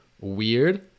weird